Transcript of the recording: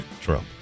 Trump